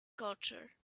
culture